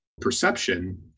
perception